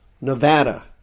Nevada